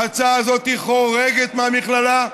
ההצעה הזאת חורגת מהמכללה,